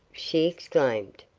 she exclaimed.